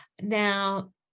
now